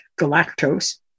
galactose